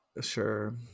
Sure